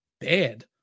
bad